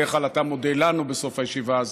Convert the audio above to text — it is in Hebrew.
בדרך כלל אתה מודה לנו בסוף הישיבה, אז